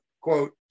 quote